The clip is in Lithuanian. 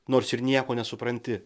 nors ir nieko nesupranti